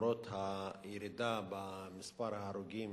אני מצטרפת כמובן